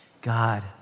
God